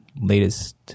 latest